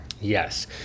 Yes